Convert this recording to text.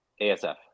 asf